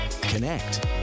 connect